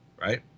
right